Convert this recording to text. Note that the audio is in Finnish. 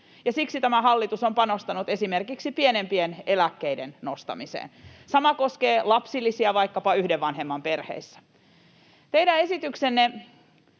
siksi tämä hallitus on panostanut esimerkiksi pienempien eläkkeiden nostamiseen. Sama koskee lapsilisiä vaikkapa yhden vanhemman perheissä. Teidän esityksenne